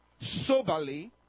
soberly